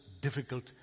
difficult